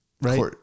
Right